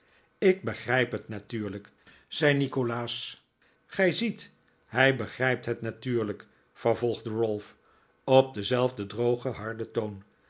ik begrijp het natuurlijk zei nikolaas gij ziet hij begrijpt het natuurlijk vervolgde ralph op denzelfden drogen harden toon